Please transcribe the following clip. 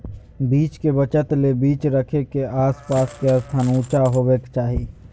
बीज के बचत ले बीज रखे के आस पास के स्थान ऊंचा होबे के चाही